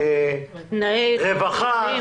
רווחה,